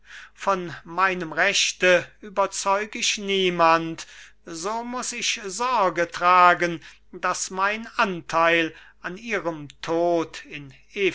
von meinem rechte überzeug ich niemand so muß ich sorge tragen daß mein anteil an ihrem tod in